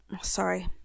Sorry